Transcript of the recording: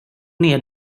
ner